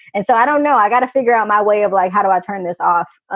and so i don't know. i've got to figure out my way of like, how do i turn this off? ah